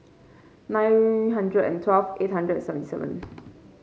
nine hundred and twelve eight hundred and seventy seven